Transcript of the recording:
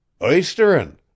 Oysterin